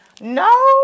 no